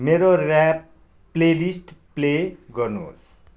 मेरो rap playlist play गर्नुहोस्